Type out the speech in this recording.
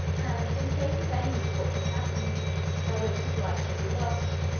and, in case of any misfortune happening by which his life should be lost,